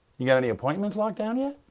you got any appointments locked down yet?